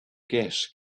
gas